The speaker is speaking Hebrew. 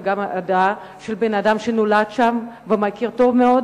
וגם את הדעה של אדם שנולד שם ומכיר את זה טוב מאוד,